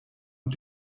und